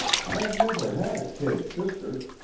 i've never had a kid sister,